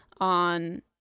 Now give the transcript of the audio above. on